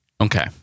Okay